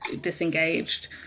disengaged